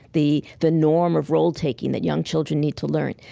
the the norm of role taking that young children need to learn.